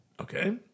Okay